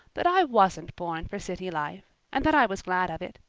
that i wasn't born for city life and that i was glad of it.